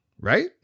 right